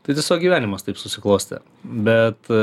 tai tiesiog gyvenimas taip susiklostė bet